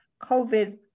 covid